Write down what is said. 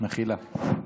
מחילה.